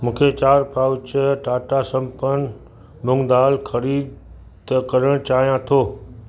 मूंखे चारि पाउच टाटा संपन्न मूङ दाल ख़रीद करणु चाहियां थो